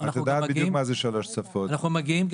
את יודעת בדיוק מה זה שלוש שפות: רוסית,